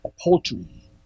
poultry